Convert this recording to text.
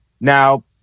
Now